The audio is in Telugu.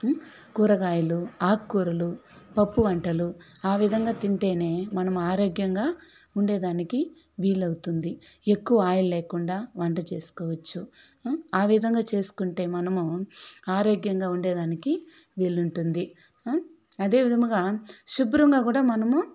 కూరగాయలు ఆకుకూరలు పప్పు వంటలు ఆ విధంగా తింటేనే మనం ఆరోగ్యంగా ఉండడానికి వీలవుతుంది ఎక్కువ ఆయిల్ లేకుండా వంట చేసుకోవచ్చు ఆ విధంగా చేసుకుంటే మనము ఆరోగ్యంగా ఉండడానికి వీలుంటుంది అదేవిధముగా శుభ్రంగా కూడా మనము